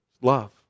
love